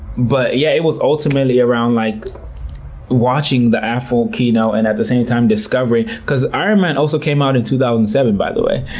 but yeah, it was ultimately around like watching the apple keynote and at the same time discovering, because iron man also came out in two thousand and seven, by the way.